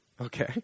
Okay